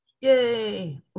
Yay